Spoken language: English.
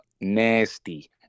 Nasty